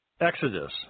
Exodus